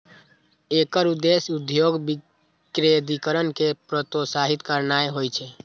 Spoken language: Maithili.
एकर उद्देश्य उद्योगक विकेंद्रीकरण कें प्रोत्साहित करनाय होइ छै